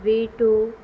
veto